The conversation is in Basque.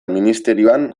ministerioan